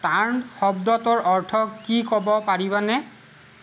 টাৰ্ণ্ট শব্দটোৰ অৰ্থ কি ক'ব পাৰিবানে